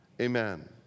amen